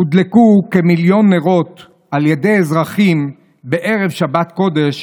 הודלקו כמיליון נרות על ידי אזרחים בערב שבת קודש